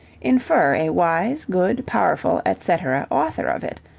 infer a wise, good, powerful, etc, author of it,